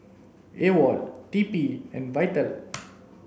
AWOL T P and VITAL